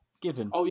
given